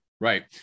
Right